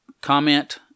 comment